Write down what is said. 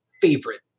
favorite